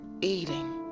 eating